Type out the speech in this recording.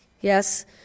Yes